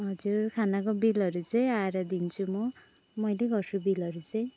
हजुर खानाको बिलहरू चाहिँ आएर दिन्छु म मैले गर्छु बिलहरू चाहिँ